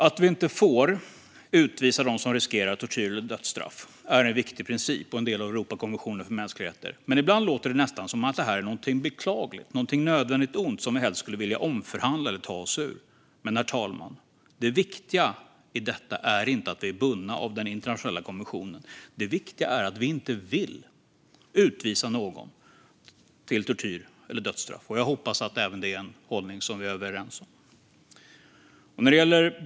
Att vi inte får utvisa dem som riskerar tortyr eller dödsstraff är en viktig princip och en del av Europakonventionen för mänskliga rättigheter. Men ibland låter det nästan som att detta är något beklagligt, något nödvändigt ont som vi helst skulle vilja omförhandla eller ta oss ur. Det viktiga i detta, herr talman, är dock inte att vi är bundna av den internationella konventionen. Det viktiga är att vi inte vill utvisa någon till tortyr eller dödsstraff. Jag hoppas att även det är en hållning som vi är överens om.